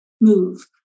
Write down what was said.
move